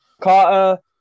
Carter